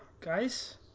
guys